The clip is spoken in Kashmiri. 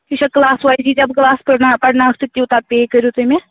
یہِ چھا کٕلاس وایِز یٖتِیاہ بہٕ کٕلاس پٔرنا پرناوَکھ تہٕ تیوٗتاہ پیٚے کٔرِو تُہۍ مےٚ